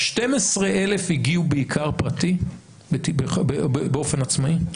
ה-12,000 הגיעו בעיקר פרטי, באופן עצמאי?